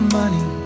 money